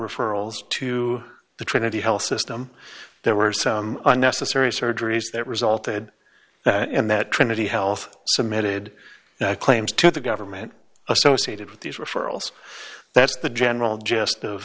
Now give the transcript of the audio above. referrals to the trinity health system there were some unnecessary surgeries that resulted in that trinity health submitted claims to the government associated with these referrals that's the general gist of